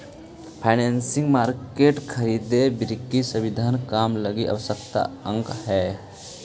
financial market खरीद बिक्री संबंधी काम लगी आवश्यक अंग हई